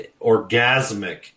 orgasmic